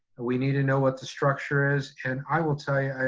we need to know what the structure is and i will tell you,